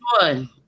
one